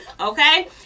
okay